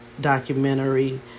documentary